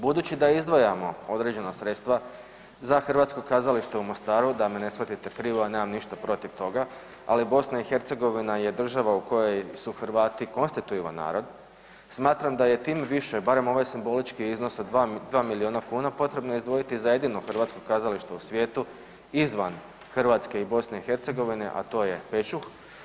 Budući da izdvajamo određena sredstva za Hrvatsko kazalište u Mostaru, da me ne shvatite krivo, ja nemam ništa protiv toga, ali BiH je država u kojoj su Hrvati konstitutivan narod, smatram da je tim više, barem ove simboličke iznose 2 milijuna kuna potrebno izdvojiti za jedino hrvatsko kazalište u svijetu izvan Hrvatske i BiH, a to je Pečuh.